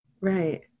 Right